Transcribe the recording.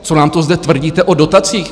Co nám to zde tvrdíte o dotacích?